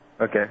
Okay